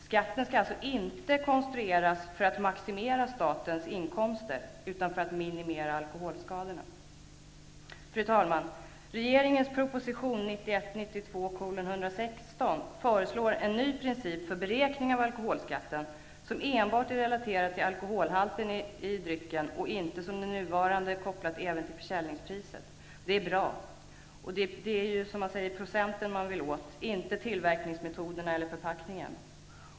Skatten skall alltså inte konstrueras för att maximera statens inkomster utan för att minimera alkoholskadorna. Fru talman! I regeringens proposition 1991/92:116 föreslås en ny princip för beräkning av akoholskatten; skatten är relaterad enbart till alkoholhalten i drycken och inte, som den nuvarande, kopplad även till försäljningspriset. Det är bra. Det är ju så att säga procenten man vill åt, inte tillverkningsmetoderna eller förpackningen.